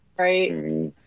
Right